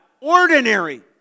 ordinary